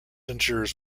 ensures